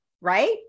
right